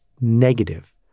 negative